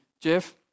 Jeff